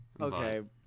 Okay